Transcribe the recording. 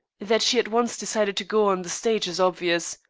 that she at once decided to go on the stage is obvious.